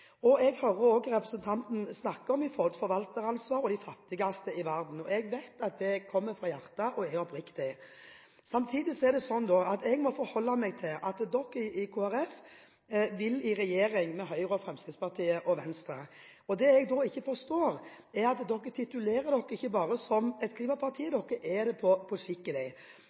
landet. Jeg hører representanten snakke om forvalteransvar og de fattigste i verden, og jeg vet at det kommer fra hjertet og er oppriktig. Samtidig må jeg forholde meg til at Kristelig Folkeparti vil i regjering med Høyre, Fremskrittspartiet og Venstre. Det jeg ikke forstår, er at Kristelig Folkeparti, som ikke bare titulerer seg som klimaparti, men er det på skikkelig, er så fast bestemt på å ha Fremskrittspartiet i regjering. De